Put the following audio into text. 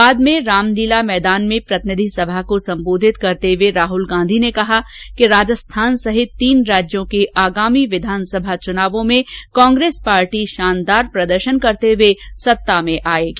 बाद में रामलीला मैदान में प्रतिनिधिसभा को सम्बोधित करते हुए राहुल गांधी ने कहा कि राजस्थान सहित तीन राज्यों के आगामी विधानसभा चुनावों में कांग्रेस पार्टी शानदार प्रदर्शन करते हुए सत्ता में आएगी